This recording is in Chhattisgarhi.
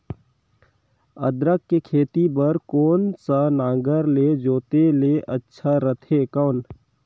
अदरक के खेती बार कोन सा नागर ले जोते ले अच्छा रथे कौन?